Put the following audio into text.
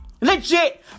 Legit